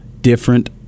different